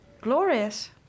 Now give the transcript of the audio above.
Glorious